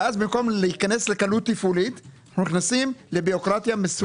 ואז במקום להיכנס לקלות תפעולית אנחנו נכנסים לבירוקרטיה מסובכת.